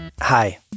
Hi